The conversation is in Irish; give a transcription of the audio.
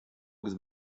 agus